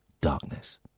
darkness